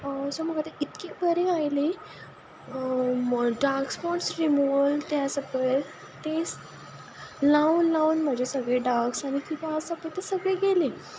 so म्हाका तें इतलें बरें आयलें डाक स्पोट्स रिमूवल ते आसा पळय तें लावन लावन म्हजे सगळे दाग आनी किदें आसा पळय ते गेले